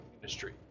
industry